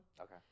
Okay